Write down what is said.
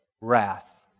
wrath